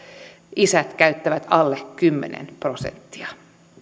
isät käyttävät alle kymmenen prosenttia